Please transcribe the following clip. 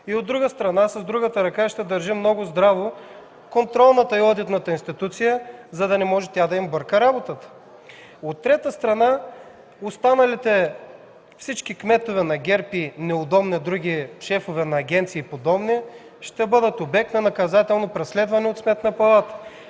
От друга страна, с другата ръка ще държим много здраво контролната и одитната институция, за да не може тя да им бърка работата. От трета страна – останалите, всички кметове на ГЕРБ и неудобни други шефове на агенции и подобни, ще бъдат обект на наказателно преследване от Сметната палата.